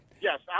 Yes